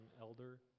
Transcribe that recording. elder